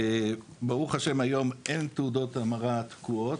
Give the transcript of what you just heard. ברוך השם, היום אין תעודות המרה תקועות.